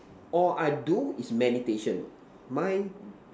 or I do is meditation mind